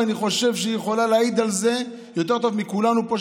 ואני חושב שהיא יכולה להעיד על זה יותר מכולנו פה,